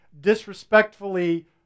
disrespectfully